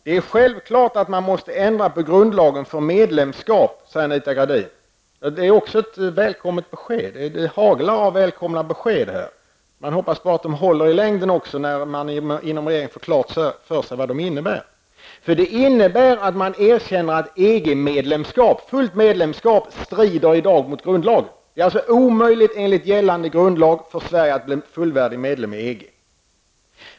Det är självklart att man måste ändra på grundlagen för medlemskap, säger Anita Gradin. Ja, det är också ett välkommet besked. Det haglar av välkomna besked här. Man hoppas bara att de håller i längden, när man inom regeringen får klart för sig vad de innebär. Detta besked innebär nämligen att man erkänner att fullt medlemskap i EG strider mot grundlagen i dag. Det är alltså enligt gällande grundlag omöjligt för Sverige att bli fullvärdig medlem i EG.